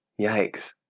Yikes